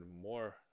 more